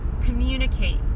communicate